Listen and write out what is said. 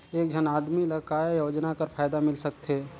एक झन आदमी ला काय योजना कर फायदा मिल सकथे?